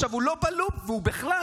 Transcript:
הוא לא בלופ, והוא בכלל,